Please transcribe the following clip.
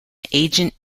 agent